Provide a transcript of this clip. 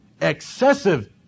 Excessive